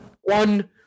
one